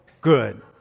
good